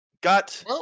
got